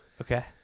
Okay